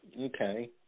Okay